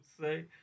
say